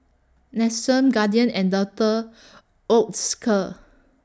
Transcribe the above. Nestum Guardian and Doctor Oetker